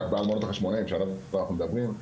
רק בארמונות החשמונאים שעליו לדוגמה אנחנו מדברים,